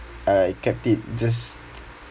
I kept it just